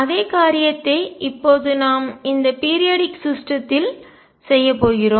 அதே காரியத்தை இப்போது நாம் இந்த பீரியாடிக் சிஸ்டத்தில் கால இடைவெளி அமைப்பில் செய்யப்போகிறோம்